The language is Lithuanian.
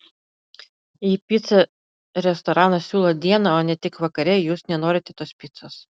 jei picą restoranas siūlo dieną o ne tik vakare jūs nenorite tos picos